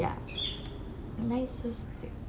ya the nicest thing